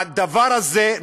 הדבר הזה,